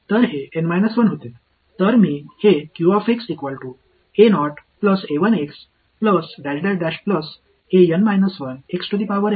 எனவே நீங்கள் என்னிடம் சொல்ல முடியுமா இங்கே முதல் சொல்லைப் பார்ப்போம் நான் இதை ஒருங்கிணைக்கும்போது பதில் 0 ஆக இருக்க வேண்டும் ஏனெனில் வரிசையின் பாலினாமியல் இன் வரிசை என்ன